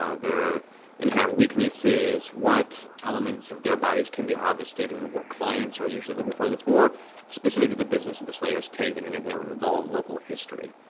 ah their inherent weaknesses, what elements of their bodies can be harvested and what clients are usually looking for. it's more specific to the business of the slayer's take than anything that would involve local history.